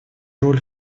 роль